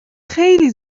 خیلی